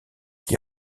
qui